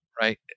right